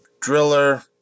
Driller